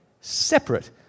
separate